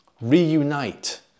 reunite